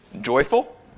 joyful